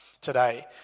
today